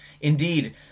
Indeed